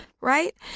Right